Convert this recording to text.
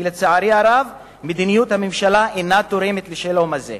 כי לצערי הרב מדיניות הממשלה אינה תורמת לשלום הזה,